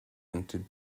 into